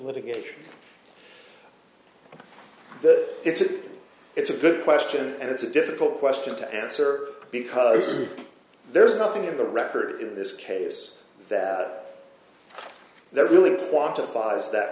litigation the it's a it's a good question and it's a difficult question to answer because there's nothing in the record or in this case that there really quantify is that